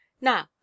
now